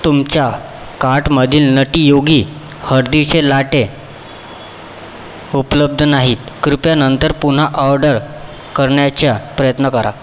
तुमच्या कार्टमधील Nutty Yogi हळदीचे लाटे उपलब्ध नाहीत कृपया नंतर पुन्हा ऑर्डर करण्याचा प्रयत्न करा